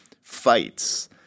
fights